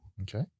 okay